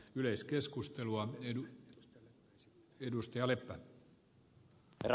herra puhemies